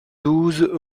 douze